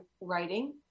writing